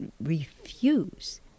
refuse